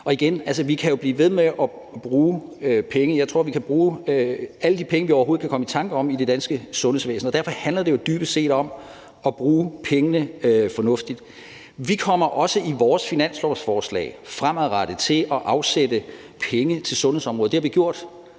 Igen: Vi kan jo blive ved med at bruge penge. Jeg tror, vi kan bruge alle de penge, vi overhovedet kan komme i tanker om, i det danske sundhedsvæsen, og derfor handler det jo dybest set om at bruge pengene fornuftigt. I vores finanslovsforslag kommer vi også fremadrettet til at afsætte penge til sundhedsområdet. Det har vi gjort